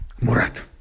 Murat